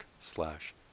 slash